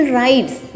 rides